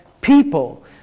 people